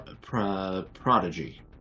Prodigy